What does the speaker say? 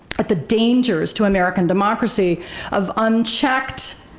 at the dangers to american democracy of unchecked,